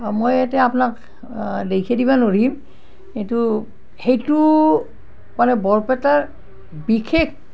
মই এতিয়া আপোনাক দেখাই দিবা নোৱাৰিম কিন্তু এইটো মানে বৰপেটাৰ বিশেষ